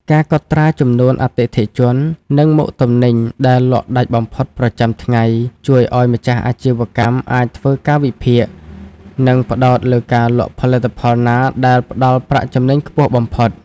ការកត់ត្រាចំនួនអតិថិជន និងមុខទំនិញដែលលក់ដាច់បំផុតប្រចាំថ្ងៃ ជួយឱ្យម្ចាស់អាជីវកម្មអាចធ្វើការវិភាគ និងផ្ដោតលើការលក់ផលិតផលណាដែលផ្ដល់ប្រាក់ចំណេញខ្ពស់បំផុត។